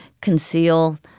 conceal